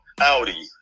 Audi